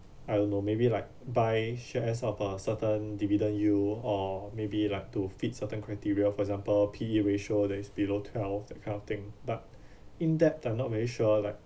I don't know maybe like buy shares of a certain dividend you or maybe like to fit certain criteria for example P_E ratio that is below twelve that kind of thing but in depth I'm not very sure like